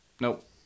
Nope